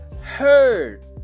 heard